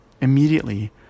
Immediately